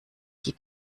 die